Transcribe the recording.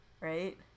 Right